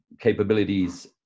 capabilities